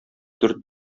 дүрт